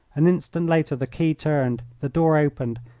an instant later the key turned, the door opened,